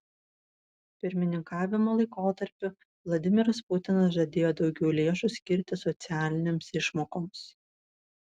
pirmininkavimo laikotarpiu vladimiras putinas žadėjo daugiau lėšų skirti socialinėms išmokoms